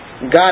God